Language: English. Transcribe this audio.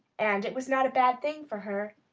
and it was not a bad thing for her.